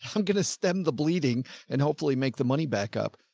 i'm going to stem the bleeding and hopefully make the money back up.